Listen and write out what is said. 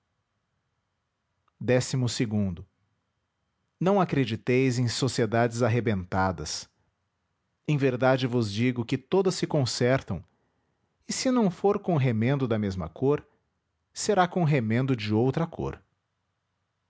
a ela ão acrediteis em sociedades arrebentadas em verdade vos digo que todas se consertam e se não for com remendo da mesma cor será com remendo de outra cor